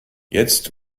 jetzt